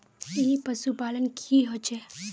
ई पशुपालन की होचे?